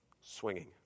Swinging